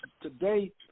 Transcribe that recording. today